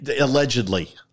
allegedly